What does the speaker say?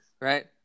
right